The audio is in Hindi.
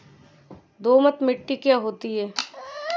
दोमट मिट्टी क्या होती हैं?